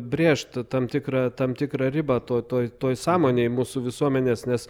brėžti tam tikrą tam tikrą ribą to toj toj sąmonėj mūsų visuomenės nes